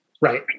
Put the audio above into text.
Right